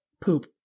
poop